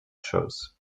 shows